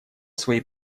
своей